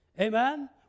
amen